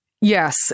Yes